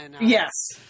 Yes